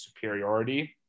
superiority